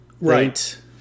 right